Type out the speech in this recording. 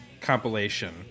compilation